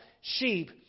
sheep